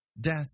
Death